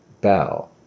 bow